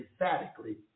emphatically